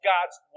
God's